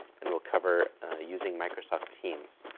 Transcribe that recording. and will cover using microsoft teams,